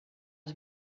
els